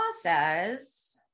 says